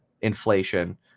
inflation